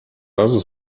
razu